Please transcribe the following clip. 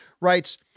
writes